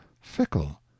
fickle